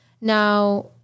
Now